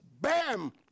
bam